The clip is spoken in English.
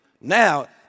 Now